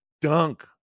dunk